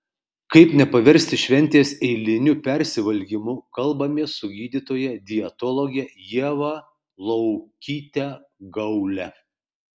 kaip nepaversti šventės eiliniu persivalgymu kalbamės su gydytoja dietologe ieva laukyte gaule